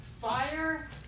fire